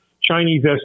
Chinese